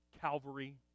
Calvary